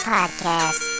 Podcast